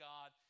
God